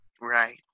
Right